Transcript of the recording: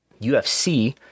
UFC